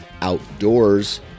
Outdoors